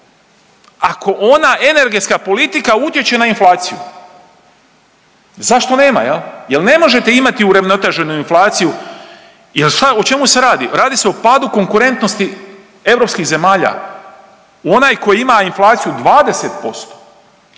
ako ona energetska politika utječe na inflaciju? Zašto nema? Jel ne možete imati uravnoteženu inflaciju jel o čemu se radi? Radi se o padu konkurentnosti europskih zemalja, onaj koji ima inflaciju 20%